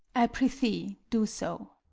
i pr'ythee, do so.